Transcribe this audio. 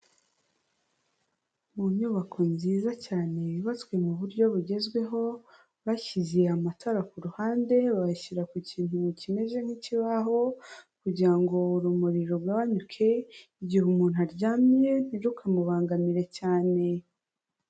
Mu nyubako nziza cyane yubatswe mu buryo bugezweho, bashyize amatara ku ruhande bayashyira ku kintu mu kimeze nk'ikibaho, kugira ngo urumuri rugabanyuke, igihe umuntu aryamye ntirukamubangamire cyane.